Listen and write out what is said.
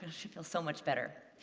should feel so much better.